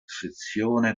sezione